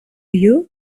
you